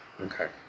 Okay